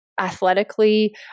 athletically